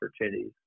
opportunities